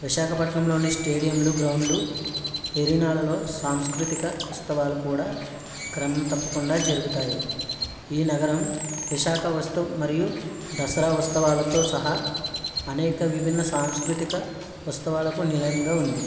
విశాఖపట్నంలోని స్టేడియంలో గ్రౌండ్లు ఎరీనాలలో సాంస్కృతిక ఉత్సవాలు కూడా క్రమం తప్పకుండా జరుగుతాయి ఈ నగరం విశాఖ ఉత్సవం మరియు దసరా ఉత్సవాలతో సహా అనేక విభిన్న సాంస్కృతిక ఉత్సవాలకు నిలయంగా ఉంది